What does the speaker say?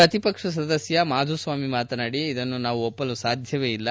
ಪ್ರತಿಪಕ್ಷ ಸದಸ್ಯ ಮಾಧುಸ್ವಾಮಿ ಮಾತನಾಡಿ ಇದನ್ನು ನಾವು ಒಪ್ಪಲು ಸಾಧ್ಯವೇ ಇಲ್ಲ